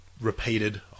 repeated